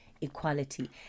equality